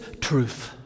truth